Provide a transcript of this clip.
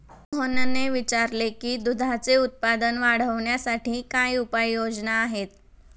मोहनने विचारले की दुधाचे उत्पादन वाढवण्यासाठी काय उपाय योजना आहेत?